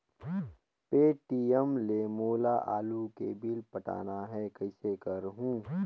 Paytm ले मोला आलू के बिल पटाना हे, कइसे करहुँ?